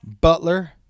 Butler